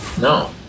No